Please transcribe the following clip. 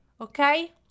Okay